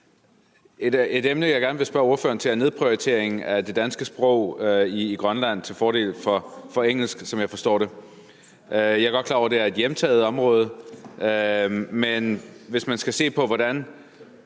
Et emne, jeg gerne vil spørge ordføreren om, er nedprioriteringen af det danske sprog i Grønland til fordel for engelsk, som jeg forstår det. Jeg er godt klar over, at det er et hjemtaget område, men hvis man skal se på, hvordan